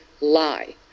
lie